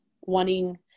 wanting